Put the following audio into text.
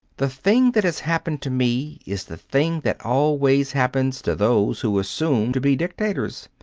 the thing that has happened to me is the thing that always happens to those who assume to be dictators.